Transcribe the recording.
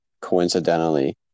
coincidentally